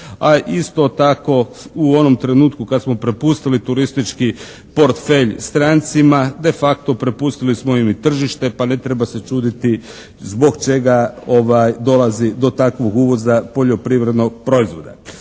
A isto tako u onom trenutku kad smo prepustili turistički portfelj strancima de facto prepustili smo im i tržište pa ne treba se čuditi zbog čega dolazi do takvog uvoza poljoprivrednog proizvoda.